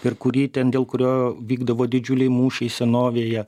per kurį ten dėl kurio vykdavo didžiuliai mūšiai senovėje